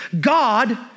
God